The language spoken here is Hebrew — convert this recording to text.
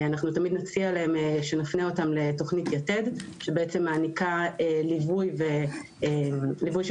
נציע להם שנפנה אותם לתוכנית יתד שבעצם מעניקה ליווי של